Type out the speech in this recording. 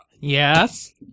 Yes